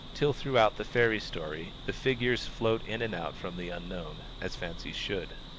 till throughout the fairy story the figures float in and out from the unknown, as fancies should.